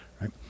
right